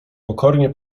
pokornie